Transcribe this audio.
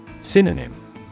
Synonym